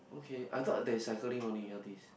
okay I thought there's cycling only all these